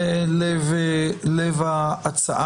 זה לב ההצעה.